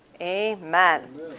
Amen